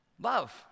Love